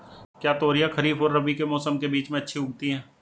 क्या तोरियां खरीफ और रबी के मौसम के बीच में अच्छी उगती हैं?